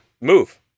move